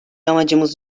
amacımız